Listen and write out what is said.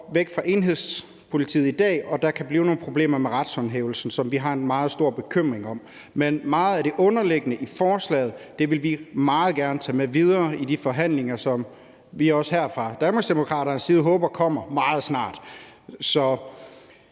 væk fra enhedspolitiet, og at der kan blive nogle problemer med retshåndhævelsen, som vi har en meget stor bekymring om. Men meget af det underliggende i forslaget vil vi meget gerne tage med videre i de forhandlinger, som vi også her fra Danmarksdemokraternes side håber